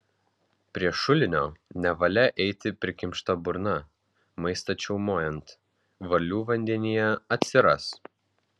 prie šulinio nevalia eiti prikimšta burna maistą čiaumojant varlių vandenyje atsiras